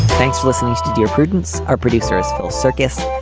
thanks. listening to dear prudence are producers phil circus.